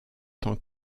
tant